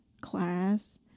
class